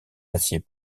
aciers